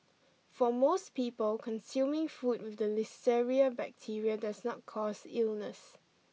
for most people consuming food with the listeria bacteria does not cause illness